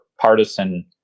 partisan